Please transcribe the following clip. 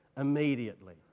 immediately